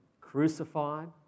crucified